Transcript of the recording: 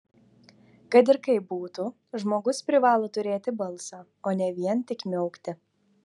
kad ir kaip būtų žmogus privalo turėti balsą o ne vien tik miaukti